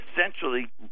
essentially